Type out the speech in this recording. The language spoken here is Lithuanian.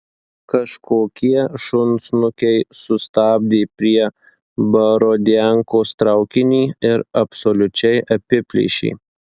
kažkokie šunsnukiai sustabdė prie borodiankos traukinį ir absoliučiai apiplėšė